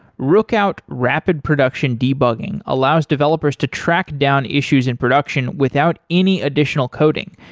rookout rapid production debugging allows developers to track down issues in production without any additional coding.